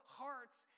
hearts